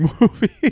movie